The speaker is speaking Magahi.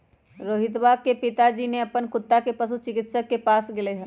रोहितवा के पिताजी ने अपन कुत्ता के पशु चिकित्सक के पास लेगय लय